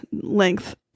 length